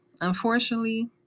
unfortunately